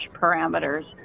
parameters